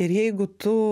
ir jeigu tu